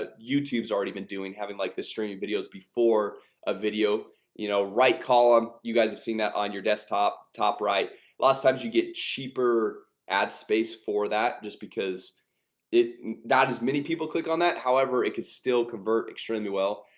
ah youtube's already been doing having like the streaming videos before a video you know right column you guys have seen that on your desktop top right lot of times you get cheaper ad space for that just because it not as many people click on that however it could still convert extremely well,